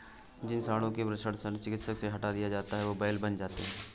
जिन साँडों का वृषण शल्य चिकित्सा से हटा दिया जाता है वे बैल बन जाते हैं